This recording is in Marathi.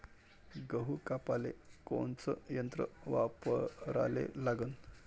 गहू कापाले कोनचं यंत्र वापराले लागन?